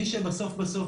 מי שבסוף בסוף,